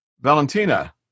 Valentina